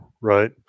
Right